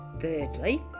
Thirdly